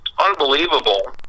unbelievable